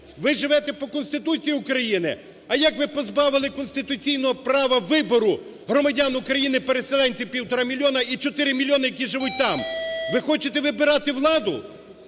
Ви живете по Конституції України, а як ви позбавили конституційного права вибору громадян України – переселенців, 1,5 мільйона і 4 чотири мільйони, які живуть там? Ви хочете вибирати владу,